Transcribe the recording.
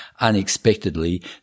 unexpectedly